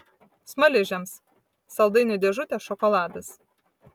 smaližiams saldainių dėžutė šokoladas